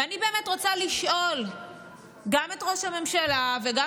ואני באמת רוצה לשאול גם את ראש הממשלה וגם